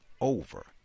over